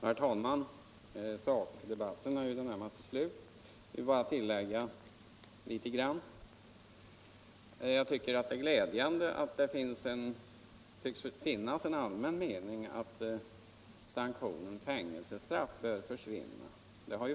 Herr talman! Sakdebatten är i det närmaste slut. Det är glädjande att kunna konstatera att det av debatten har framgått att den allmänna meningen är att sanktionen fängelsestraff bör försvinna.